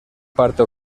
parte